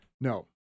No